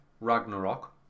Ragnarok